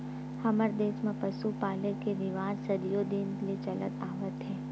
हमर देस म पसु पाले के रिवाज सदियो दिन ले चलत आवत हे